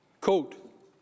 quote